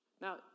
Now